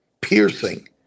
piercing